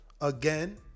Again